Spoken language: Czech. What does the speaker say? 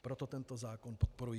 Proto tento zákon podporuji.